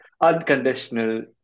unconditional